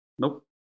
Nope